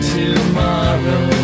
tomorrow